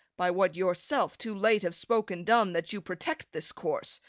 by what yourself too late have spoke and done, that you protect this course,